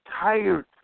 tired